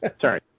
sorry